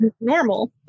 Normal